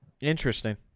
Interesting